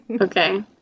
Okay